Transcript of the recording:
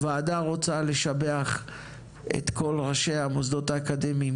הוועדה רוצה לשבח את כל ראשי המוסדות האקדמיים